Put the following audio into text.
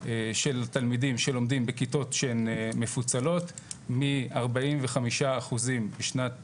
של תלמידים שלומדים בכיתות שהן מפוצלות מ-45% בשנת